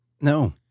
No